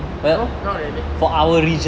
no not really